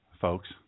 folks